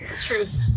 Truth